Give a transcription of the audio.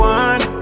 one